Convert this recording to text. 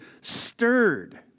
stirred